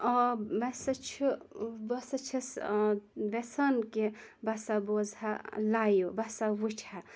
آ مےٚ ہسا چھُ بہٕ ہَسا چھَس وٮ۪ژھان کہ بہٕ ہَسا بوزہا لایِو بہٕ ہَسا وِچھٕ ہا